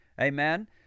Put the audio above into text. Amen